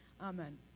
Amen